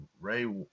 Ray